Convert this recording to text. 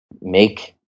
make